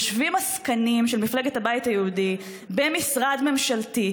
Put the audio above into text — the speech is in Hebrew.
יושבים עסקנים של מפלגת הבית היהודי במשרד ממשלתי,